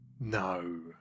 No